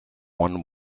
one